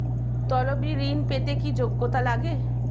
তলবি ঋন পেতে কি যোগ্যতা লাগে?